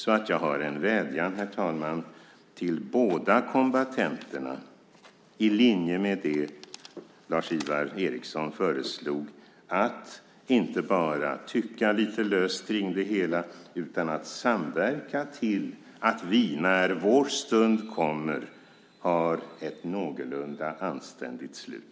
Jag har därför en vädjan, herr talman, till båda kombattanterna i linje med det som Lars-Ivar Ericson föreslog, att inte bara tycka lite löst om det hela utan att samverka så att vi, när vår stund kommer, får ett någorlunda anständigt slut.